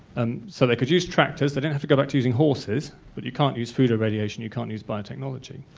um so they could use tractors, they didn't have to go back to using horses but you can't use food irradiation and you can't use bio-technology.